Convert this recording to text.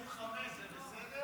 25 זה בסדר?